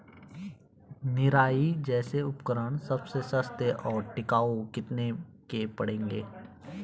निराई जैसे उपकरण सबसे सस्ते और टिकाऊ कितने के पड़ेंगे?